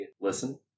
listen